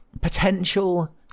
potential